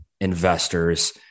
investors